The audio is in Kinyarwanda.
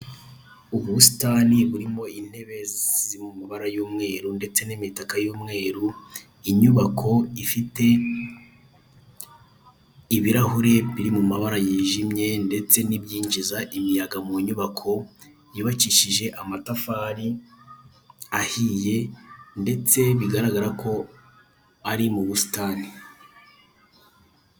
Ubusitani burimo intebe ziri mu mabara y'umweru, ndetse n'imitaka y'umweru, inyubako ifite ibirahure biri mu mabara yijimye ndetse n'ibyinjiza imiyaga mu nyubako yubakishije amatafari ahiye, ndetse bigaragara ko ari mu busitani.